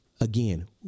again